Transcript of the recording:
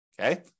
Okay